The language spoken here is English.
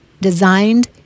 designed